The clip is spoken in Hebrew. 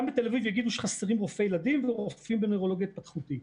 גם בתל אביב יגידו שחסרים רופאי ילדים ורופאים בנוירולוגיה התפתחותית.